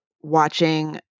watching